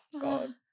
God